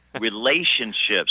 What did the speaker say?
relationships